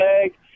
egg